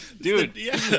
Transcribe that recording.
dude